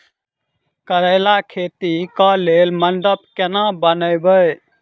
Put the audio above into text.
करेला खेती कऽ लेल मंडप केना बनैबे?